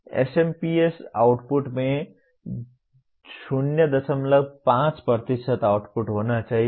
SMPS output में 05 output होना चाहिए